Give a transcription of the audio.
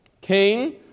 Cain